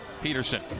Peterson